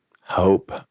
hope